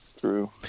true